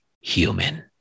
human